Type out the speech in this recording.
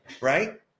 Right